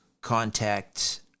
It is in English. contact